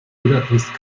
budapest